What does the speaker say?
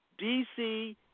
DC